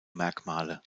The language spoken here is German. merkmale